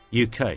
UK